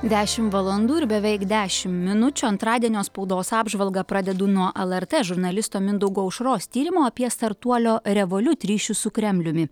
dešimt valandų ir beveik dešim minučių antradienio spaudos apžvalgą pradedu nuo lrt žurnalisto mindaugo aušros tyrimo apie startuolio revoliut ryšius su kremliumi